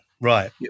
Right